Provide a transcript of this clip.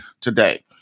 today